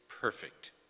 perfect